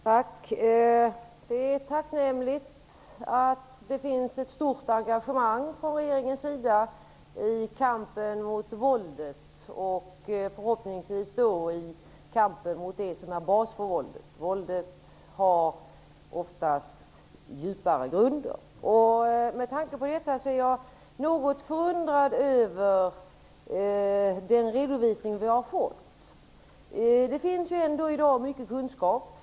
Herr talman! Det är tacknämligt att det finns ett stort engagemang från regeringens sida i kampen mot våldet och förhoppningsvis i kampen mot det som utgör bas för våldet. Våldet har oftast djupare grunder. Med tanke på detta är jag något förundrad över den redovisning som vi har fått. Det finns ändå i dag mycket kunskap.